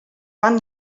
van